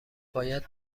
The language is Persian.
باید